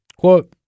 quote